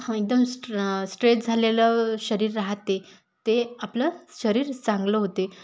एकदम स्ट्रेस झालेलं शरीर राहते ते आपलं शरीर चांगलं होते